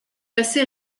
assez